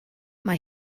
mae